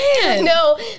No